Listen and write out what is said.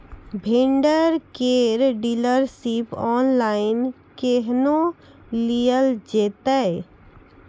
Vendor केर dealership online केहनो लियल जेतै?